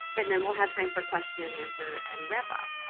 and then we'll have time for question and answer and wrap-up.